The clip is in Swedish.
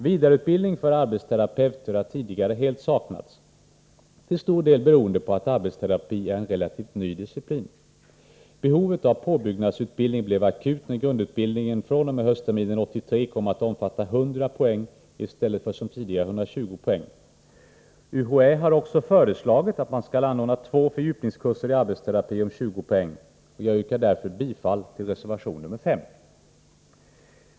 Vidareutbildning för arbetsterapeuter har tidigare helt saknats, till stor del beroende på att arbetsterapi är en relativt ny disciplin. Behovet av påbyggnadsutbildning blev akut när grundutbildningen fr.o.m. höstterminen 1983 kom att omfatta 100 poäng i stället för som tidigare 120 poäng. UHÄ har också föreslagit att man skulle anordna två fördjupningskurser i arbetsterapi om 20 poäng. Jag yrkar därför bifall till reservation nr 5.